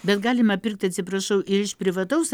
bet galima pirkt atsiprašau ir iš privataus